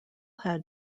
had